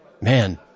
man